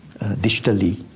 digitally